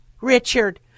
Richard